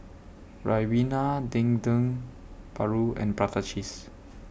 Ribena Dendeng Paru and Prata Cheese